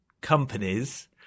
companies